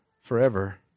forever